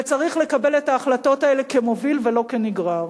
וצריך לקבל את ההחלטות האלה כמוביל ולא כנגרר,